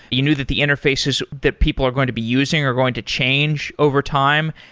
you knew that the interfaces that people are going to be using are going to change over time.